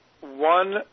One